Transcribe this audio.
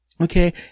okay